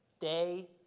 day